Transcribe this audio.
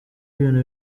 ibintu